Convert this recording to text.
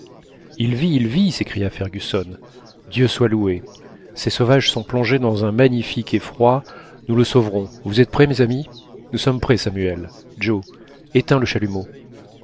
il vit il vit s'écria fergusson dieu soit loué ces sauvages sont plongés dans un magnifique effroi nous le sauverons vous êtes prêts mes amis nous sommes prêts samuel joe éteins le chalumeau